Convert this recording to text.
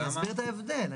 אני אסביר את ההבדל.